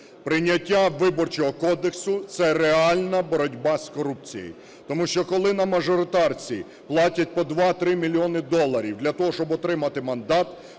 Прийняття Виборчого кодексу – це реальна боротьба з корупцією. Тому що, коли на мажоритарці платять по 2-3 мільйони доларів для того, щоб отримати мандат,